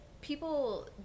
people